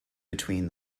between